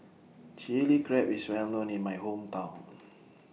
Chili Crab IS Well known in My Hometown